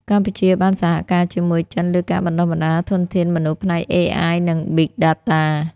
កម្ពុជាបានសហការជាមួយចិនលើការបណ្ដុះបណ្ដាលធនធានមនុស្សផ្នែក AI និង Big Data។